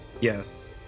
Yes